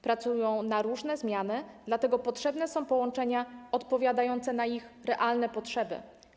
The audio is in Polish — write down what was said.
Pracują na różne zmiany, dlatego potrzebne są połączenia odpowiadające na ich realne potrzeby.